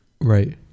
right